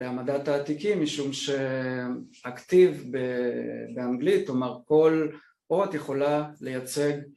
בעמדת העתיקים משום שהכתיב באנגלית, כל אות יכולה לייצג